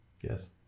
Yes